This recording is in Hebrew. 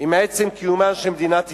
עם עצם קיומה של מדינת ישראל.